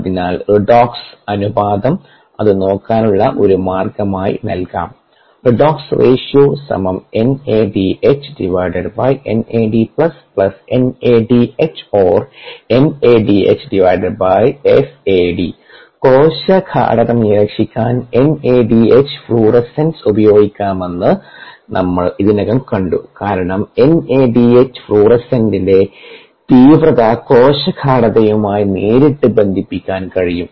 അതിനാൽ റിഡോക്സ് അനുപാതം അത് നോക്കാനുള്ള ഒരു മാർഗമായി നൽകാം കോശ ഗാഢത നിരീക്ഷിക്കാൻ NADH ഫ്ലൂറസെൻസ് ഉപയോഗിക്കാമെന്ന് നമ്മൾ ഇതിനകം കണ്ടു കാരണം NADH ഫ്ലൂറസെൻസിന്റെ തീവ്രത കോശ ഗാഢതയുമായി നേരിട്ട് ബന്ധിപ്പിക്കാൻ കഴിയും